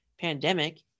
pandemic